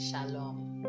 Shalom